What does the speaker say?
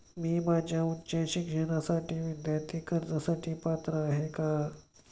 मी माझ्या उच्च शिक्षणासाठी विद्यार्थी कर्जासाठी पात्र आहे का?